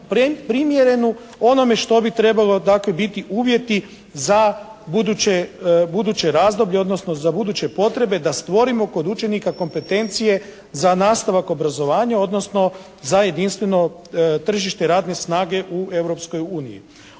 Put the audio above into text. primjerenu onome što bi trebalo dakle biti uvjeti za buduće razdoblje odnosno za buduće potrebe da stvorimo kod učenika kompetencije za nastavak obrazovanja odnosno za jedinstveno tržište radne snage u